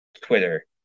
Twitter